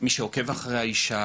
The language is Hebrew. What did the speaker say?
מי שעוקב אחרי האישה,